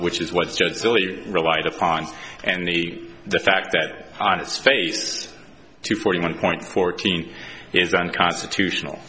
which is what's just silly relied upon and the the fact that on its face two forty one point fourteen is unconstitutional